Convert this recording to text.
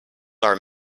are